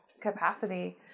capacity